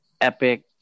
epic